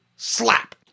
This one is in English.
Slap